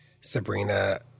Sabrina